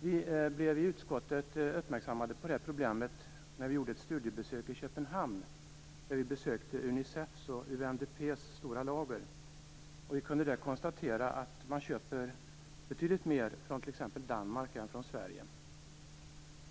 Vi blev uppmärksammade på problemet vid ett studiebesök i Köpenhamn, där vi besökta Unicefs och UNDP:s stora lager. Vi kunde där konstatera att man köper betydligt mer från t.ex. Danmark än från Sverige.